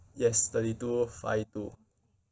yes thirty two five two